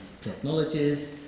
technologies